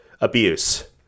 abuse